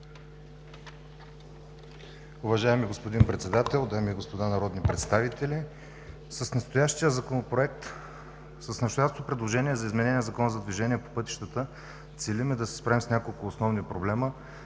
Уважаеми господин Председател, дами и господа народни представители! С настоящото предложение за изменение на Закона за движение по пътищата целим да се справим с няколко основни проблема,